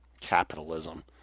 capitalism